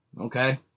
Okay